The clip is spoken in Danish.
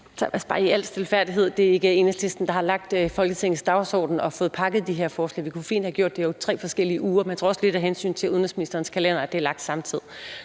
bare i al stilfærdighed sige, at det ikke er Enhedslisten, der har lavet Folketingets dagsorden og fået pakket de her forslag. Vi kunne fint have gjort det over tre forskellige uger, men jeg tror, det også er af hensyn til udenrigsministerens kalender, at det er lagt samtidig.